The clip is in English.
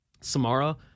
Samara